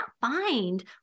find